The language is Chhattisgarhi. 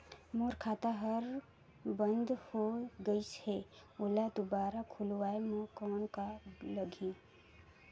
मोर खाता हर बंद हो गाईस है ओला दुबारा खोलवाय म कौन का लगही?